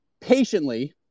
patiently